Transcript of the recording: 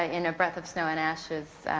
ah in a breath of snow and ashes